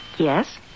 Yes